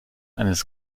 eines